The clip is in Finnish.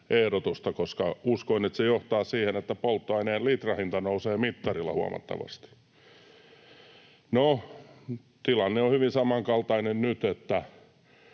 koska uskoin, että se johtaa siihen, että polttoaineen litrahinta nousee mittarilla huomattavasti. No, tilanne on hyvin samankaltainen nyt.